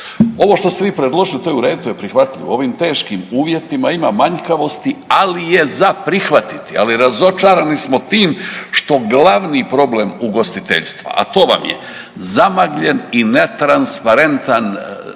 Ovo što ste vi predložili to je u redu, to je prihvatljivo u ovim teškim uvjetima ima manjkavosti, ali je za prihvatiti. Ali razočarani smo tim što glavni problem ugostiteljstva, a to vam je zamagljena i ne transparentna